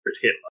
Hitler